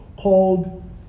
Called